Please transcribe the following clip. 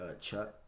Chuck